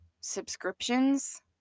subscriptions